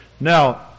Now